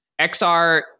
XR